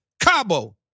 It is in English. Cabo